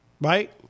Right